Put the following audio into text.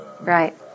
right